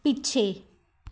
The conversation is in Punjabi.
ਪਿੱਛੇ